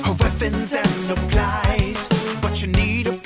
weapons and supplies but you need